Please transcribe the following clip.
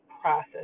process